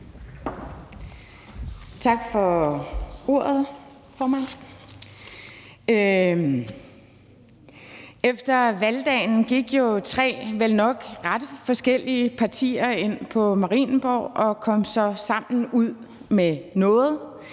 Tak for ordet, formand. Efter valgdagen gik jo tre vel nok ret forskellige partier ind på Marienborg og kom så sammen ud med noget,